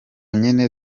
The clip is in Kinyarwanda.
nyine